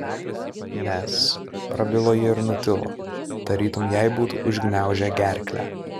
nes prabilo ji ir nutilo tarytum jai būtų užgniaužę gerklę